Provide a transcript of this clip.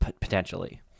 potentially